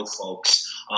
folks